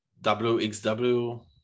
WXW